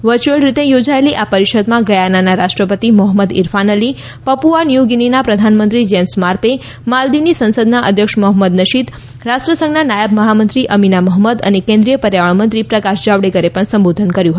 virtual રીતે યોજાએલી આ પરિષદમાં ગયાનાના રાષ્ટ્રપતિ Mohamed Irfaan Ali Papua New ગિનીના પ્રધાનમંત્રી જેમ્સ મારપે માલદીવની સંસદના અધ્યક્ષ મોહમ્મદ નશીદ રાષ્ટ્રસંઘના નાયબ મહામંત્રી અમીના મહમ્મદ અને કેન્દ્રીય પર્યાવરણ મંત્રી પ્રકાશ જાવડેકરે પણ સંબોધન કર્યું હતું